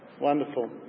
Wonderful